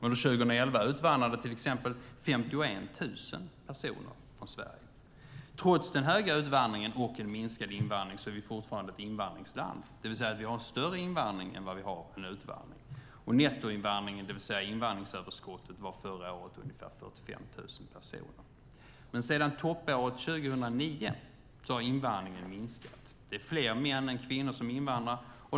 Under 2011 utvandrade till exempel 51 000 personer från Sverige. Trots den höga utvandringen och en minskad invandring är vi fortfarande ett invandringsland, det vill säga att vi har större invandring än utvandring. Nettoinvandringen, det vill säga invandringsöverskottet, var förra året ungefär 45 000 personer. Men sedan toppåret 2009 har invandringen minskat. Det är fler män än kvinnor som invandrar.